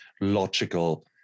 logical